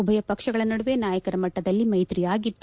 ಉಭಯ ಪಕ್ಷಗಳ ನಡುವೆ ನಾಯಕರ ಮಟ್ಟದಲ್ಲಿ ಮೈತ್ರಿಯಾಗಿತ್ತು